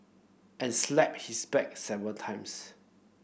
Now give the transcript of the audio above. and slapped his back several times